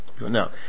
now